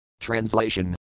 Translation